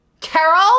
Carol